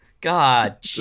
God